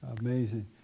Amazing